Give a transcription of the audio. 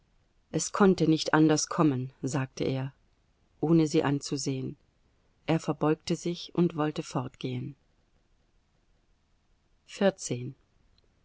es konnte nicht anders kommen sagte er ohne sie anzusehen er verbeugte sich und wollte fortgehen